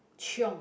chiong